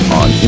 on